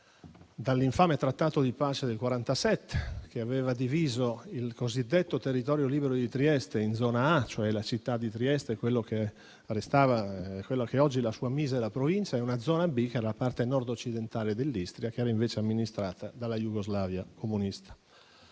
dall'infame Trattato di pace del 1947, che aveva diviso il cosiddetto territorio libero di Trieste in zona A, cioè la città di Trieste e quella che è oggi la sua misera provincia, e una zona B, che è la parte nordoccidentale dell'Istria, che era invece amministrata dalla Jugoslavia comunista.